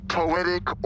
poetic